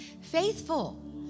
faithful